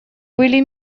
были